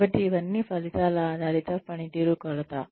కాబట్టి ఇవన్నీ ఫలితాల ఆధారిత పనితీరు కొలత